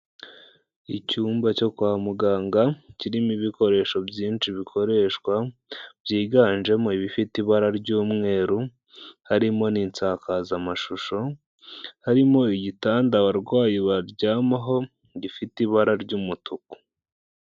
Icyumba cyo kwa muganga, kirimo ibikoresho byinshi bikoreshwa byiganjemo ibifite ibara ry'umweru, harimo n'isakazamashusho, harimo igitanda abarwayi baryamaho, gifite ibara ry'umutuku.